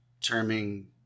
terming